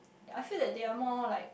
I feel that they are more like